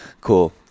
Cool